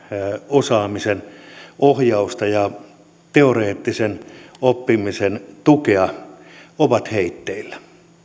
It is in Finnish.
osaamisen ohjausta ja teoreettisen oppimisen tukea ovat heitteillä